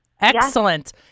Excellent